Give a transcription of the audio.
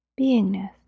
beingness